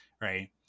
right